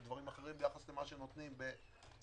בדברים אחרים ביחס למה שנותנים בצרפת,